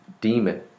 demon